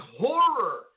horror